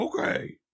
Okay